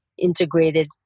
integrated